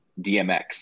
DMX